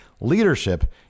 leadership